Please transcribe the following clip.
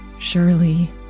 Surely